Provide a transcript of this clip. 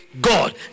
God